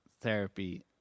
therapy